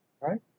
Right